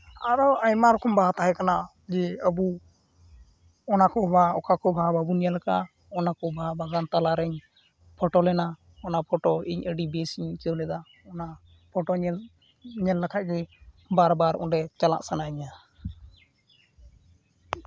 ᱟᱨᱚ ᱟᱭᱢᱟ ᱨᱚᱠᱚᱢ ᱵᱟᱦᱟ ᱛᱟᱦᱮᱸᱠᱟᱱᱟ ᱡᱮ ᱟᱵᱚ ᱚᱱᱟ ᱠᱚ ᱵᱟᱦᱟ ᱚᱠᱟ ᱠᱚ ᱵᱟᱦᱟ ᱵᱟᱵᱚᱱ ᱧᱞ ᱟᱠᱟᱫᱼᱟ ᱚᱱᱟ ᱠᱚ ᱵᱟᱦᱟ ᱵᱟᱜᱟᱱ ᱛᱟᱞᱟᱨᱤᱧ ᱯᱷᱚᱴᱳᱞᱮᱱᱟ ᱚᱱᱟ ᱯᱷᱚᱴᱳ ᱤᱧ ᱟᱹᱰᱤ ᱵᱮᱥ ᱤᱧ ᱟᱹᱭᱠᱟᱹᱣ ᱞᱮᱫᱟ ᱚᱱᱟ ᱯᱷᱚᱴᱳ ᱧᱮᱞ ᱧᱮᱞ ᱞᱮᱠᱷᱟᱱ ᱜᱮ ᱵᱟᱨ ᱵᱟᱨ ᱚᱸᱰᱮ ᱪᱟᱞᱟᱜ ᱥᱟᱱᱟᱭᱤᱧᱟᱹ